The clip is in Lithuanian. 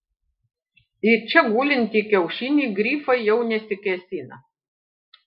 į čia gulintį kiaušinį grifai jau nesikėsina